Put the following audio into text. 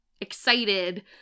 excited